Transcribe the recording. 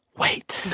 wait